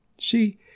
See